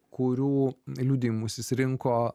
kurių liudijimus jis rinko